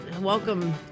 Welcome